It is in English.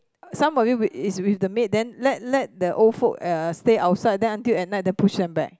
some of you is with the maid then let let the old folk uh stay outside then until at night then push them back